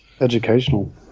Educational